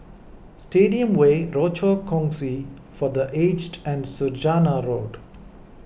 Stadium Way Rochor Kongsi for the Aged and Saujana Road